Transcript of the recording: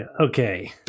Okay